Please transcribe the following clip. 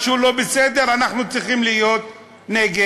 משהו לא בסדר, אנחנו צריכים להיות נגד.